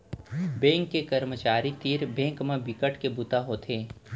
bank के करमचारी तीर बेंक म बिकट के बूता होथे